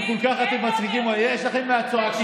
אתם כל כך מצחיקים, יש לכם מהצועקים.